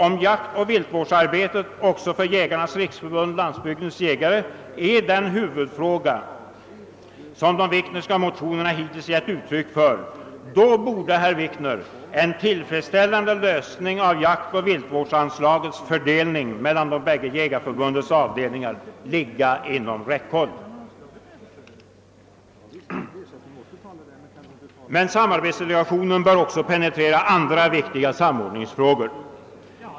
Om jaktoch viltvårdsarbetet även för Jägarnas riksförbund—Landsbygdens jägare är den huvudfråga som de Wiknerska motio nerna hittills gett uttryck för borde en tillfredsställande lösning av jaktoch viltvårdsanslagets fördelning mellan de bägge jägarförbundens avdelningar ligga inom räckhåll. Men samarbetsdelegationen bör också penetrera andra viktiga samordningsfrågor.